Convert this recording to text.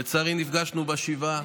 לצערי, נפגשנו בשבעה.